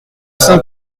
saint